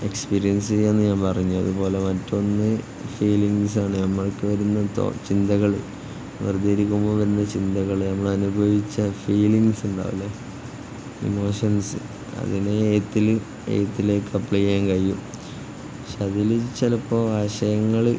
experience ചെയ്യുകയെന്ന് ഞാൻ പറഞ്ഞു അതുപോലെ മറ്റൊന്ന് ഫീലിംഗ്സാണ് നമുക്ക് വരുന്ന ചിന്തകള് വെറുതെയിരിക്കുമ്പോള് വരുന്ന ചിന്തകള് നമ്മള് അനുഭവിച്ച ഫീലിങ്സ് ഉണ്ടാവില്ലെ ഇമോഷൻസ് അതിനെ എഴുത്തിലേക്ക് അപ്ലൈ ചെയ്യാൻ കഴിയും പക്ഷേ അതില് ചിലപ്പോള് ആശയങ്ങള്